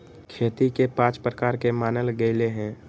खेती के पाँच प्रकार के मानल गैले है